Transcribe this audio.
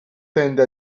tende